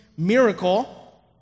miracle